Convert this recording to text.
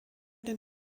den